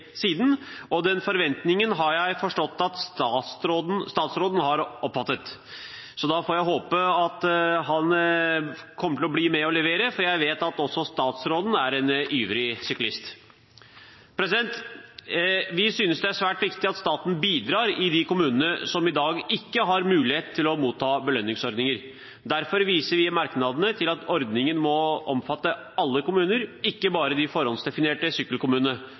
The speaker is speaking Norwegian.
siden, og den forventningen har jeg forstått at statsråden har oppfattet, så da får jeg håpe at han blir med og leverer, for jeg vet også statsråden er en ivrig syklist! Vi synes det er særlig viktig at staten bidrar i de kommunene som i dag ikke har mulighet til å motta belønningsordninger. Derfor viser vi i merknadene til at ordningen må omfatte alle kommuner – ikke bare de forhåndsdefinerte